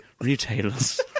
retailers